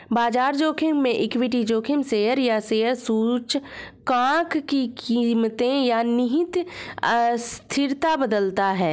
बाजार जोखिम में इक्विटी जोखिम शेयर या शेयर सूचकांक की कीमतें या निहित अस्थिरता बदलता है